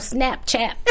Snapchat